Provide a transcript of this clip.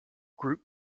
group